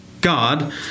God